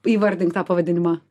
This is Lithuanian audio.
įvardink tą pavadinimą